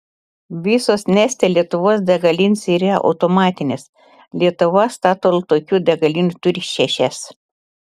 visos neste lietuvos degalinės yra automatinės lietuva statoil tokių degalinių turi šešias